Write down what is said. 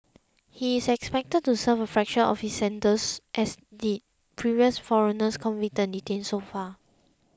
he is expected to serve a fraction of his sentence as did previous foreigners convicted and detained so far